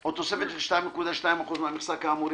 או תוספת של 2.2 אחוז מהמכסה כאמור,